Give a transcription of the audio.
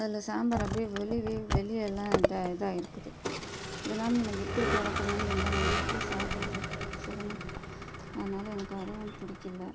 அதில் சாம்பார் அப்படியே வெளியவே வெளியே எல்லாம் இதாக இதாக இருக்குது இதனால் நான் எப்படி கொழ கொழன்னு இருந்தால் நம்ப எப்படி சாப்பிடுறது சொல்லுங்கள் அதனால் எனக்கு அதுவும் பிடிக்கல